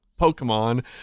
Pokemon